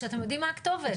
כשאתם יודעים מה הכתובת,